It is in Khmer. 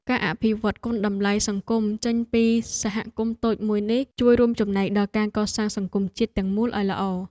ការអភិវឌ្ឍគុណតម្លៃសង្គមចេញពីសហគមន៍តូចមួយនេះជួយរួមចំណែកដល់ការកសាងសង្គមជាតិទាំងមូលឱ្យល្អ។